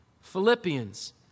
Philippians